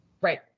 Right